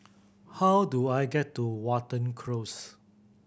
how do I get to Watten Close